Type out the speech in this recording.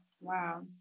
wow